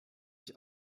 ich